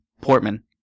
Portman